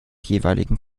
jeweiligen